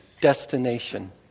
destination